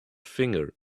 finger